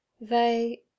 They—